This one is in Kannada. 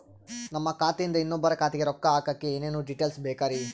ನಮ್ಮ ಖಾತೆಯಿಂದ ಇನ್ನೊಬ್ಬರ ಖಾತೆಗೆ ರೊಕ್ಕ ಹಾಕಕ್ಕೆ ಏನೇನು ಡೇಟೇಲ್ಸ್ ಬೇಕರಿ?